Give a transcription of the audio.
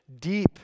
deep